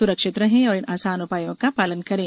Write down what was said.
सुरक्षित रहें और इन आसान उपायों का पालन करें